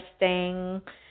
interesting